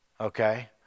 okay